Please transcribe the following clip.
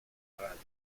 radio